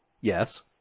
Yes